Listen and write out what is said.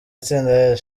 itsinda